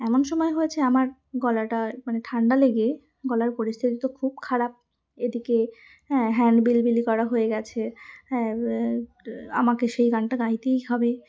এমন সময় হয়েছে আমার গলাটা মানে ঠান্ডা লেগে গলার পরিস্থিতি তো খুব খারাপ এদিকে হ্যাঁ হ্যান্ড বিল বিলি করা হয়ে গিয়েছে হ্যাঁ আমাকে সেই গানটা গাইতেই হবে